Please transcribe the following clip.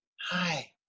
hi